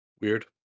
Weird